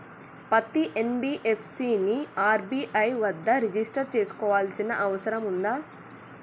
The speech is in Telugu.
పత్తి ఎన్.బి.ఎఫ్.సి ని ఆర్.బి.ఐ వద్ద రిజిష్టర్ చేసుకోవాల్సిన అవసరం ఉందా?